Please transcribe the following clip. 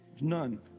None